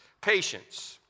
patience